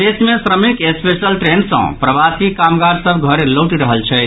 प्रदेश मे श्रमिक स्पेशल ट्रेन सँ प्रवासी कामगार सभ घर लौटि रहल छथि